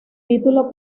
título